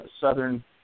southern